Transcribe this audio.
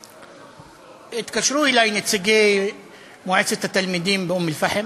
התקשרו אלי נציגי מועצת התלמידים באום-אלפחם